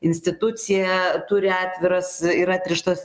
institucija turi atviras ir atrištas